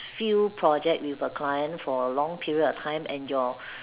few project with a client for a long period of time and your